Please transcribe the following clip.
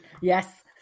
Yes